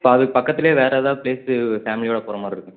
so அதுக்கு பக்கத்திலே வேறு ஏதாவது ப்ளேஸு ஃபேமிலியோடு போகிற மாதிரி இருக்காங்க